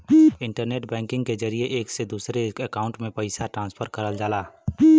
internet banking के जरिये एक से दूसरे अकांउट में पइसा ट्रांसफर करल जाला